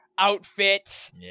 outfit